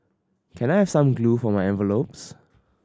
can I have some glue for my envelopes